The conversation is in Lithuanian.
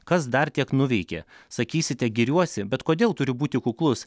kas dar tiek nuveikė sakysite giriuosi bet kodėl turiu būti kuklus